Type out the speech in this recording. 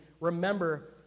Remember